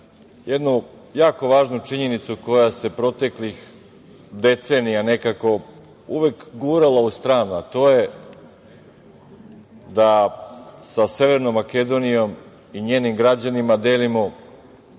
jednu jako važnu činjenicu koja se proteklih decenija nekako uvek gurala u stranu, a to je da sa Severnom Makedonijom i njenim građanima delimo